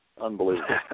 Unbelievable